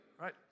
right